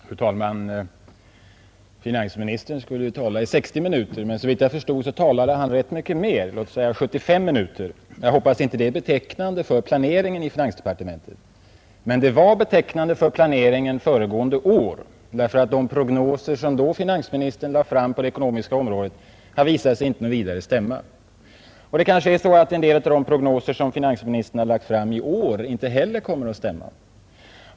Fru talman! Finansministern skulle tala i 60 minuter, men såvitt jag förstod talade han rätt mycket längre, låt oss säga 75 minuter. Jag hoppas att detta inte är betecknande för planeringen i finansdepartementet. Men det var betecknande för planeringen under föregående år, därför att de prognoser som finansministern då framlade på det ekonomiska området har visat sig inte stämma något vidare. Kanske kommer en del av de prognoser som finansministern har lagt fram i år inte heller att stämma.